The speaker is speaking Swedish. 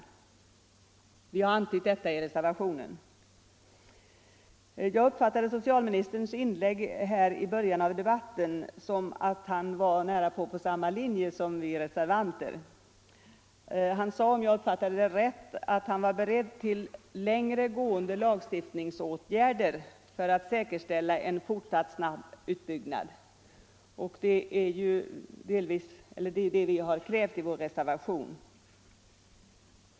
Vi har antytt detta i reservationen. Jag uppfattade socialministerns inlägg i början av debatten så, att han närapå var på samma linje som vi reservanter. Han sade — om jag uppfattade det rätt — att han var beredd till längre gående lagstiftningsåtgärder för att säkerställa en fortsatt snabb utbyggnad. Det är detta vi har krävt i vår reservation.